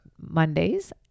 mondays